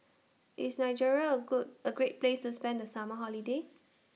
IS Nigeria A Good A Great Place to spend The Summer Holiday